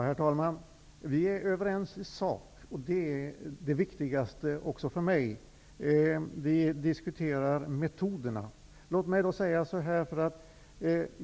Herr talman! Vi är överens i sak, och det är det viktigaste också för mig. Vi diskuterar metoderna.